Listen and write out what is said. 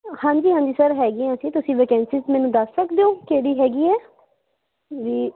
ਹਾਂਜੀ ਹਾਂਜੀ ਸਰ ਹੈਗੀ ਇੱਥੇ ਤੁਸੀਂ ਵੈਕੈਂਸੀ ਮੈਨੂੰ ਦੱਸ ਸਕਦੇ ਹੋ ਕਿਹੜੀ ਹੈਗੀ ਹੈ ਵੀ